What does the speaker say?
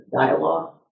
dialogue